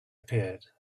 appeared